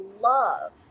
love